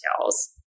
details